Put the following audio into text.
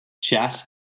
chat